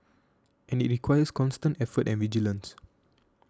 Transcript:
and it requires constant effort and vigilance